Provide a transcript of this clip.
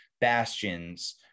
bastions